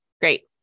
Great